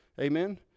Amen